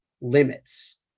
limits